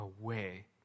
away